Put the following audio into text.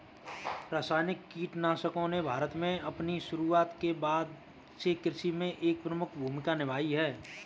रासायनिक कीटनाशकों ने भारत में अपनी शुरूआत के बाद से कृषि में एक प्रमुख भूमिका निभाई है